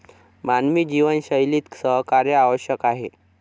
मानवी जीवनशैलीत सहकार्य आवश्यक आहे